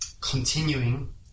continuing